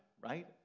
right